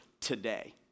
today